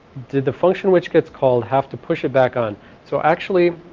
did the function which gets called have to push it back on so actually